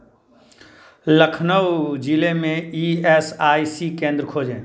लखनऊ जिले में E S I C केंद्र खोजें